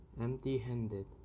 Empty-handed